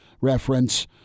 reference